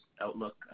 outlook